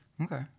Okay